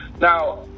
Now